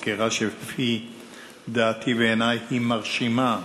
סקירה שלפי דעתי ובעיני היא מרשימה,